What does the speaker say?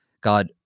God